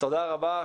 תודה רבה.